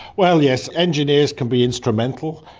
well, yes, engineers can be instrumental.